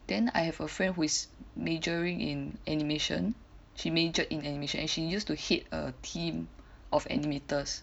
then I have a friend who is majoring in animation she majored in animation and she used to head a team of animators